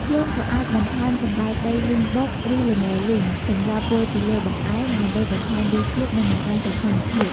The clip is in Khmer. យើងក៏អាចបន្ថែម សណ្តែកដីលីងបុក ឬ ល្ងរលីង សម្រាប់រោយពីលើបង្អែម ដើម្បីបន្ថែមរសជាតិ និងបង្កើនសោភ័ណភាព។